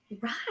Right